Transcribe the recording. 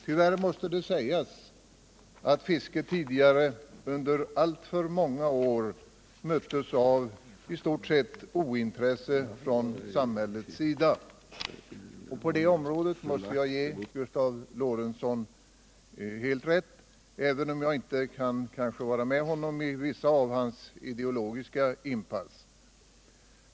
Tyvärr måste det sägas att fisket tidigare under alltför många år möttes av i stort sett ointresse från samhällets sida. På det området måste jag ge Gustav Lorentzon helt rätt, även om jag kanske inte kan vara med honom i vissa av hans ideologiska inpass.